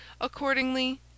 accordingly